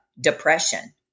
depression